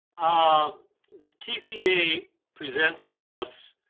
um the tca presents to us,